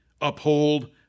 uphold